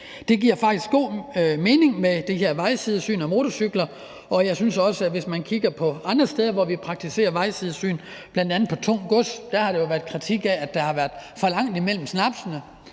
Det giver faktisk god mening med det her vejsidesyn af motorcykler, og det synes jeg også det gør, hvis man kigger på andre steder, hvor vi praktiserer vejsidesyn. Bl.a. i forbindelse med tungt gods har der jo været kritik af, at der har været for langt imellem snapsene,